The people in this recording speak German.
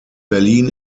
berlin